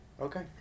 Okay